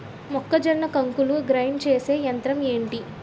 మొక్కజొన్న కంకులు గ్రైండ్ చేసే యంత్రం ఏంటి?